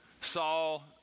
Saul